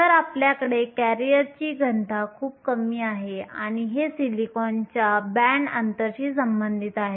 तर आपल्याकडे करिअरची घनता खूप कमी आहे आणि हे सिलिकॉनच्या बँड अंतरशी संबंधित आहे